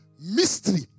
mystery